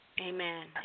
Amen